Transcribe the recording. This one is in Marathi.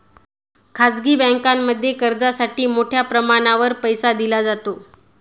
खाजगी बँकांमध्येही कर्जासाठी मोठ्या प्रमाणावर पैसा दिला जातो